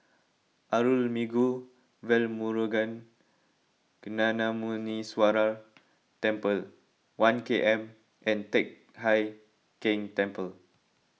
Arulmigu Velmurugan Gnanamuneeswarar Temple one K M and Teck Hai Keng Temple